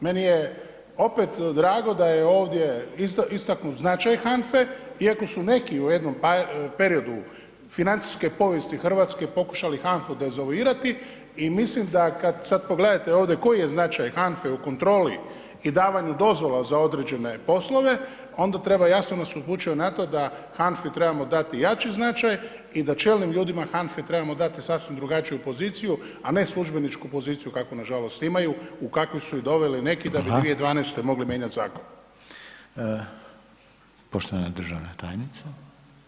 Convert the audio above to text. Meni je opet drago da je ovdje istaknut značaj HANFA-e, iako su neki u jednom periodu financijske povijesti Hrvatske pokušali HANFA-u dezavuirati i mislim da kad sad pogledate ovdje koji je značaj HANFA-e u kontroli i davanju dozvola za određene poslove, onda treba jasno nas upućuje na to da HANFA-i treba dati jači značaj i da čelnim ljudima HANFA-e trebamo dati sasvim drugačiju poziciju, a ne službeničku poziciju kakvu nažalost imaju, u kakvu su ih doveli neki [[Upadica: Hvala.]] da bi 2012. mogli mijenjati zakon.